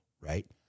right